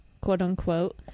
quote-unquote